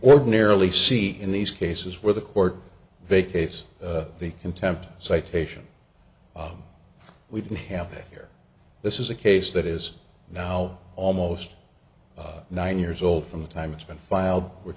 ordinarily see in these cases where the court vacates the contempt citation we didn't have it here this is a case that is now almost nine years old from the time it's been filed we're